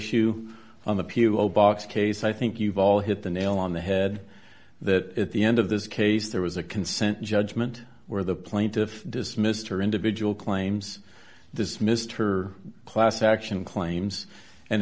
issue on the p l o box case i think you've all hit the nail on the head that at the end of this case there was a consent judgment where the plaintiff dismissed her individual claims dismissed her class action claims and